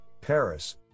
Paris